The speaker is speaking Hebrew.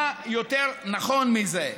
מה יותר נכון מזה,